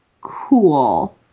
cool